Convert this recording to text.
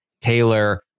Taylor